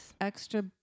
Extra